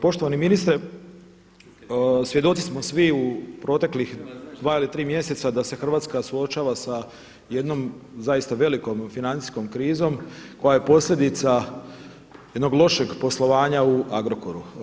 Poštovani ministre, svjedoci smo svi u proteklih dva ili tri mjeseca da se Hrvatska suočava sa jednom zaista velikom financijskom krizom koja je posljedica jednog lošeg poslovanja u Agrokoru.